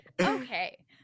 Okay